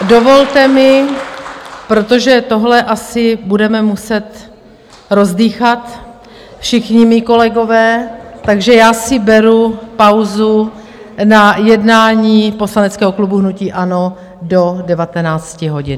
Dovolte mi, protože tohle asi budeme muset rozdýchat, všichni mí kolegové, takže já si beru pauzu na jednání poslaneckého klubu hnutí ANO do 19 hodin.